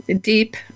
deep